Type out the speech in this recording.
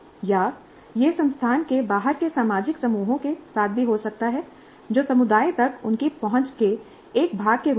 या यह संस्थान के बाहर के सामाजिक समूहों के साथ भी हो सकता है जो समुदाय तक उनकी पहुंच के एक भाग के रूप में हो